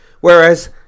whereas